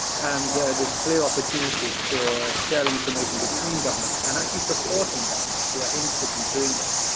and there's clear opportunities for sharing information between governments and actually supporting governments who are interested in doing this.